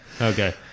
Okay